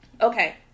Okay